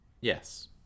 yes